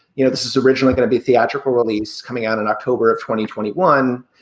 you know, this is originally going to be theatrical release coming out in october of twenty twenty one.